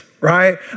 right